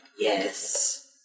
Yes